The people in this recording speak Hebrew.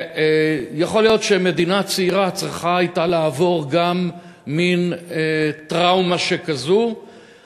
יכול להיות שמדינה צעירה צריכה הייתה לעבור גם מין טראומה שכזאת,